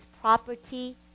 property